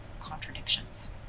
contradictions